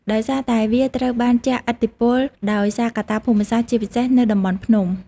ដោយសារតែវាត្រូវបានជះឥទ្ធិពលដោយសារកត្តាភូមិសាស្ត្រ ជាពិសេស នៅតំបន់ភ្នំ។